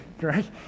right